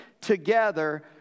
together